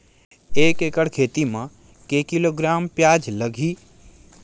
एक एकड़ खेती म के किलोग्राम प्याज लग ही?